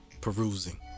perusing